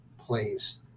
plays